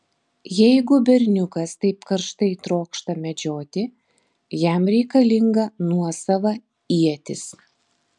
jeigu berniukas taip karštai trokšta medžioti jam reikalinga nuosava ietis